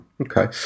Okay